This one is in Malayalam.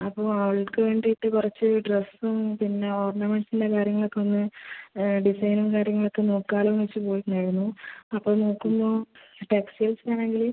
അപ്പോൾ അവൾക്ക് വേണ്ടിയിട്ട് കുറച്ച് ഡ്രസ്സും പിന്നെ ഓർണമെൻറ്റ്സിൻ്റെ കാര്യങ്ങളൊക്കെ ഒന്ന് ഡിസൈനും കാര്യങ്ങളൊക്കെ നോക്കാലോ എന്ന് വച്ച് പോയി ട്ടുണ്ടായിരുന്നു അപ്പോൾ നോക്കുമ്പോൾ ടെക്സ്റ്റൈൽസിൽ ആണെങ്കിൽ